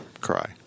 cry